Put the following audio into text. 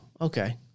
okay